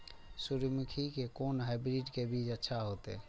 सूर्यमुखी के कोन हाइब्रिड के बीज अच्छा होते?